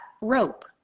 rope